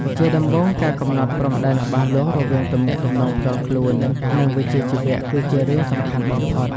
ជាដំបូង ការកំណត់ព្រំដែនច្បាស់លាស់រវាងទំនាក់ទំនងផ្ទាល់ខ្លួន និងវិជ្ជាជីវៈគឺជារឿងសំខាន់បំផុត។